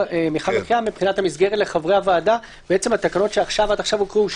מבחינת המסגרת לחברי הוועדה - התקנות שעד עכשיו הוקראו,